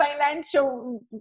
financial